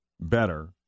better